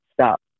stop